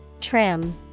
trim